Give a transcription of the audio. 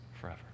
forever